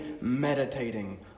meditating